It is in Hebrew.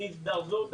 תזדרזו,